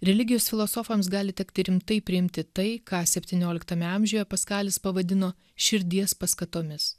religijos filosofams gali tekti rimtai priimti tai ką septynioliktame amžiuje paskalis pavadino širdies paskatomis